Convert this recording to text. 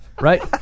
Right